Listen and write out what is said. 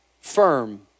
firm